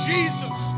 Jesus